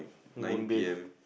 moon beef